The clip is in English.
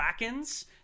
Krakens